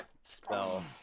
spell